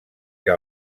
que